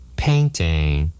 painting